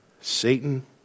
Satan